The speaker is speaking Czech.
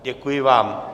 Děkuji vám.